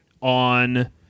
on